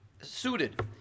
suited